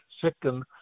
second